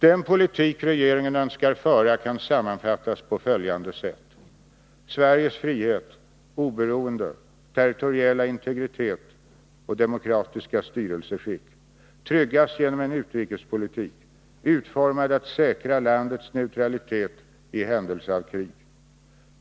Den politik regeringen önskar föra kan sammanfattas på följande sätt: Sveriges frihet, oberoende, territoriella integritet och demokratiska styrelseskick tryggas genom en utrikespolitik, utformad att säkra landets neutralitet i händelse av krig.